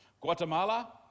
Guatemala